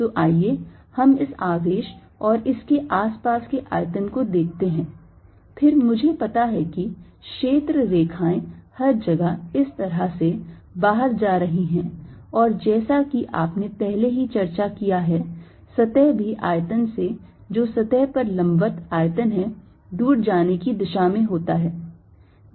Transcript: तो आइए हम इस आवेश और इसके आस पास के आयतन को देखते है फिर मुझे पता है कि क्षेत्र रेखाएं हर जगह इस तरह से बाहर जा रही हैं और जैसा कि आपने पहले ही चर्चा किया है सतह भी आयतन से जो सतह पर लंबवत आयतन है दूर जाने की दिशा में होता है